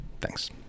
Thanks